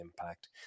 impact